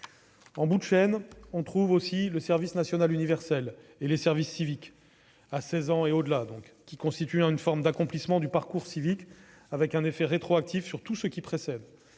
en bout de chaîne, le service national universel (SNU) et les services civiques, à 16 ans et au-delà, qui constituent une forme d'accomplissement du parcours citoyen, avec un effet rétroactif sur tout ce qui précède-